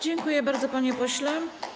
Dziękuję bardzo, panie pośle.